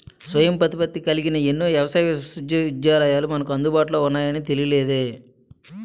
స్వయం ప్రతిపత్తి కలిగిన ఎన్నో వ్యవసాయ విశ్వవిద్యాలయాలు మనకు అందుబాటులో ఉన్నాయని తెలియలేదే